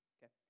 Okay